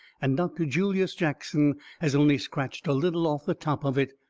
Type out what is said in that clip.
and dr. julius jackson has only scratched a little off the top of it,